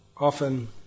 often